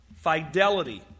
fidelity